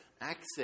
access